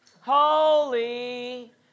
holy